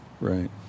Right